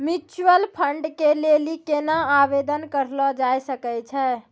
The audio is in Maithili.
म्यूचुअल फंड के लेली केना आवेदन करलो जाय सकै छै?